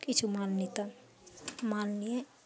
কিছু মাল নিতাম মাল নিয়ে